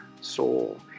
soul